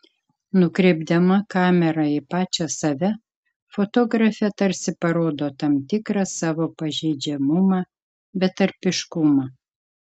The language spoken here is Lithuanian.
nukreipdama kamerą į pačią save fotografė tarsi parodo tam tikrą savo pažeidžiamumą betarpiškumą